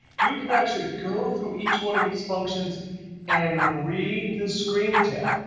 you can actually go through each one of these functions and read the screen tip.